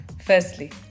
firstly